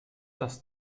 das